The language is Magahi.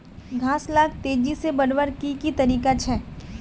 घास लाक तेजी से बढ़वार की की तरीका छे?